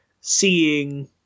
seeing